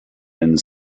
and